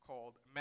called